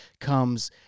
comes